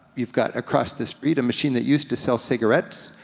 you've got across the street a machine that used to sell cigarettes,